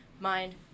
mind